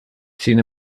sin